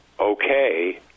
Okay